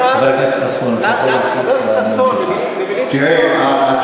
הכנסת חסון, במילים פשוטות, למה?